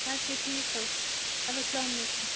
اَدٕ کیٛاہ ٹھیٖک حظ چھُ اَدٕ حظ السلامُ علیکُم